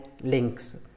links